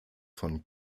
von